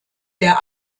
der